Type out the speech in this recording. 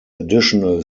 additional